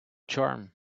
charm